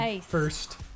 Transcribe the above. first